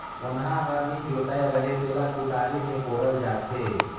कोनहा हर नी जोताए रहें तेला कुदारी मे कोड़ल जाथे